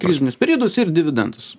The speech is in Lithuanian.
krizinius periodus ir dividendus